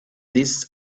this